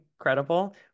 incredible